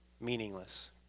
meaningless